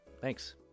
Thanks